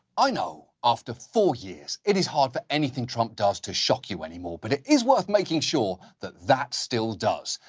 i know after four years it is hard for anything trump does to shock you anymore, but it is worth making sure that that still does.